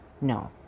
No